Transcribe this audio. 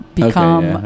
become